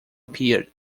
appeared